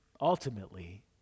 Ultimately